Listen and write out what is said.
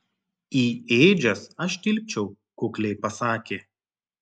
į ėdžias aš tilpčiau kukliai pasakė